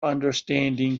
understanding